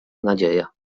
nadzieja